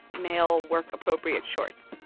male work-appropriate shorts,